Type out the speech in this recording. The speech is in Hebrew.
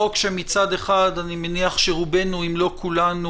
חוק שמצד אחד, אני מניח שרובנו אם לא כולנו,